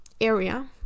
area